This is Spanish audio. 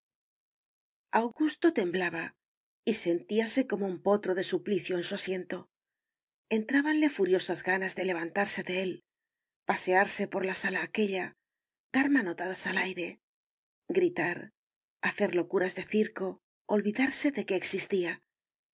augusto temblaba y sentíase como en un potro de suplicio en su asiento entrábanle furiosas ganas de levantarse de él pasearse por la sala aquella dar manotadas al aire gritar hacer locuras de circo olvidarse de que existía